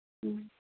ᱦᱮᱸ